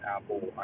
Apple